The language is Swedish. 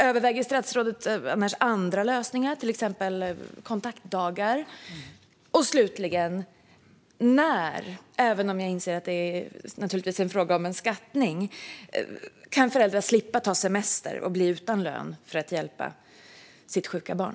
Överväger statsrådet annars andra löningar, till exempel kontaktdagar? Slutligen: Jag inser att det naturligtvis är en fråga om en skattning, men när kan föräldrar slippa ta semester och bli utan lön för att hjälpa sitt sjuka barn?